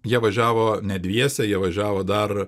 jie važiavo ne dviese jie važiavo dar